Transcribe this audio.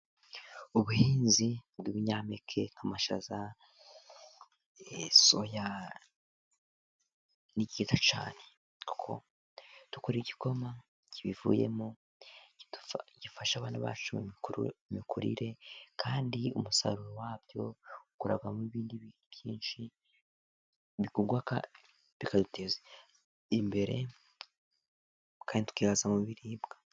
Ubuhinzi bw’ibinyampeke, nk'amashaza, soya, ni cyiza cyane kuko dukora igikoma kibivuyemo, gifasha abana bacu mu mikurire. Kandi umusaruro wabyo ukuramo ibindi bintu byinshi, bikorwa, bikaduteza imbere kandi tukihaza mu biribwa.